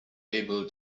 able